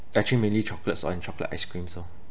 actually mainly chocolates or and chocolate ice cream lor